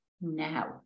now